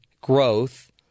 growth